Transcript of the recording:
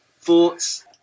thoughts